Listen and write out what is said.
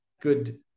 good